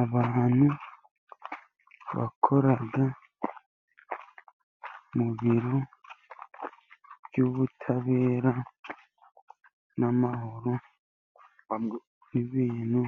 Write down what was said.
Abantu bakora mu biro by'ubutabera n'amahoro, ibintu